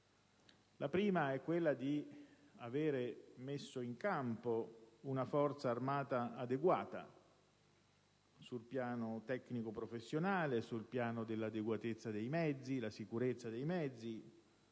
La prima è quella di aver messo in campo una forza armata adeguata sul piano tecnico-professionale, dell'adeguatezza e sicurezza dei mezzi